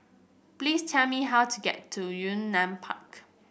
please tell me how to get to Yunnan Park